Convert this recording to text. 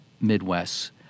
Midwest